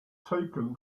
taken